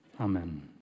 Amen